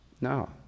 No